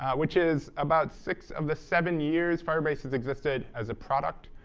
which is about six of the seven years firebase has existed as a product.